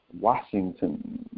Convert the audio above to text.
Washington